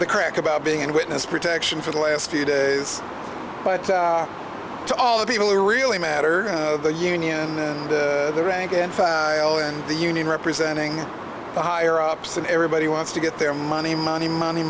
the crack about being in witness protection for the last few days but to all the people really matter the union and the rank and file and the union representing the higher ups and everybody wants to get their money money money